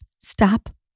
Stop